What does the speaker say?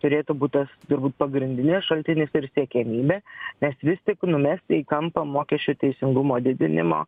turėtų būt tas turbūt pagrindinis šaltinis ir siekiamybė nes vis tik numesti į kampą mokesčių teisingumo didinimo